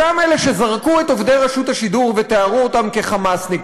אותם אלה שזרקו את עובדי רשות השידור ותיארו אותם כ"חמאסניקים",